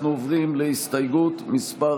אנחנו עוברים להסתייגות מס'